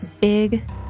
Big